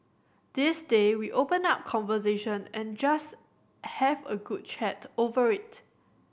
these day we open up conversation and just have a good chat over it